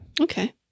Okay